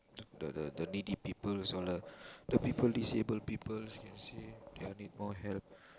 the the the needy people also like the people disabled people